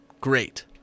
Great